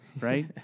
right